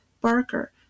Barker